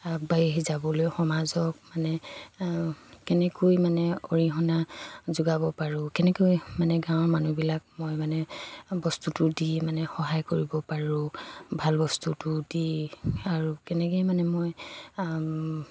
আগবাঢ়ি যাবলৈ সমাজক মানে কেনেকৈ মানে অৰিহণা যোগাব পাৰোঁ কেনেকৈ মানে গাঁৱৰ মানুহবিলাক মই মানে বস্তুটো দি মানে সহায় কৰিব পাৰোঁ ভাল বস্তুটো দি আৰু কেনেকৈ মানে মই